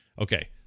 Okay